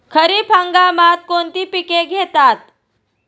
खरीप हंगामात कोणती पिके घेतात?